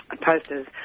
posters